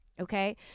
okay